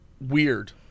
weird